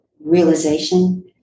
realization